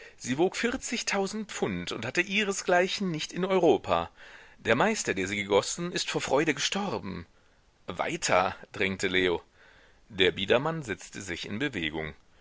sie wog vierzigtausend pfund und hatte ihresgleichen nicht in europa der meister der sie gegossen ist vor freude gestorben weiter drängte leo der biedermann setzte sich in bewegung